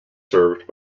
served